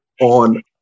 on